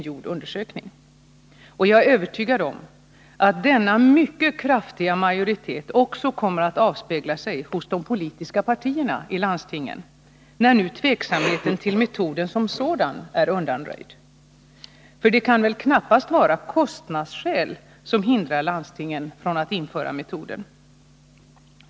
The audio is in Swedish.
Jag är övertygad om att denna mycket kraftiga majoritet också kommer att avspegla sig hos de politiska partierna i landstingen, när nu tveksamheten till metoden som sådan är undanröjd. För det kan knappast vara kostnadsskäl som hindrar landstingen från att införa metoden.